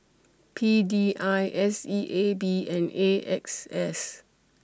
P D I S E A B and A X S